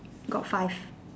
got five